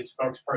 spokesperson